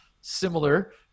similar